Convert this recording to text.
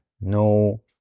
no